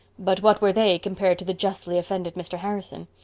but what were they compared to the justly offended mr. harrison?